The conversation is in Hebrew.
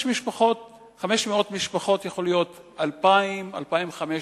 500 משפחות יכול להיות 2,000, 2,500